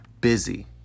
busy